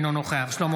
בעד שלמה